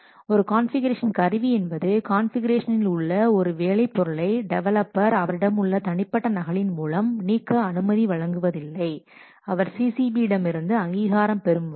ஒரு கான்ஃபிகுரேஷன் கருவி என்பது கான்ஃபிகுரேஷனில் உள்ள ஒரு வேலை பொருளை டெவலப்பர் அவரிடமுள்ள தனிப்பட்ட நகலின் மூலம் நீக்க அனுமதி வழங்குவதில்லை அவர் CCB இடமிருந்து அங்கீகாரம் பெறும் வரை